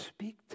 speak